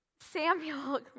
Samuel